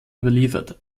überliefert